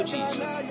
Jesus